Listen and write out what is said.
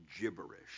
gibberish